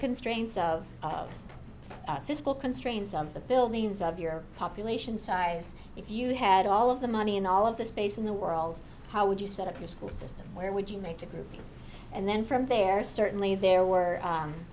constraints of physical constraints on the buildings of your population size if you had all of the money and all of the space in the world how would you set up a school system where would you make a group and then from there certainly there were